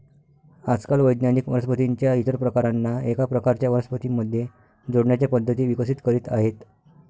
आजकाल वैज्ञानिक वनस्पतीं च्या इतर प्रकारांना एका प्रकारच्या वनस्पतीं मध्ये जोडण्याच्या पद्धती विकसित करीत आहेत